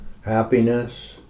happiness